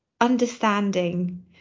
understanding